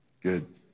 Good